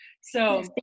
So-